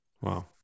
Wow